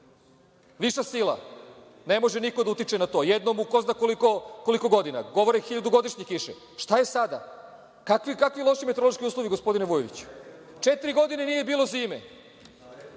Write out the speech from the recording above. Viša sila, ne može niko da utiče na to, jednom u ko zna koliko godina, govore – hiljadugodišnje kiše. Šta je sada? Kakvi loši meteorološki uslovi, gospodine Vujoviću? Četiri godine nije bilo zime.